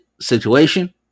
situation